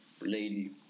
lady